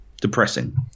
depressing